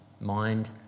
mind